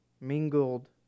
mingled